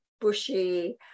bushy